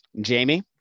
Jamie